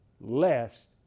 lest